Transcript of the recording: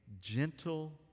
gentle